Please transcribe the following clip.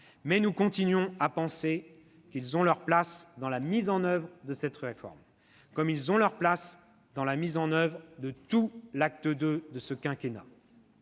mais nous continuons à penser qu'ils ont leur place dans la mise en oeuvre de cette réforme, comme ils ont leur place dans la mise en oeuvre de tout l'acte II. En particulier,